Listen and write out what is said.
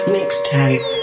Mixtape